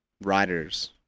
riders